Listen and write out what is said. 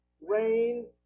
rain